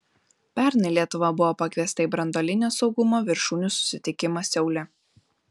pernai lietuva buvo pakviesta į branduolinio saugumo viršūnių susitikimą seule